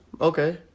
Okay